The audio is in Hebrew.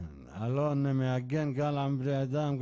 אלון מגן גם על בני אדם,